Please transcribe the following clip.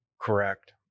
Correct